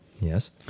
Yes